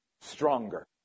stronger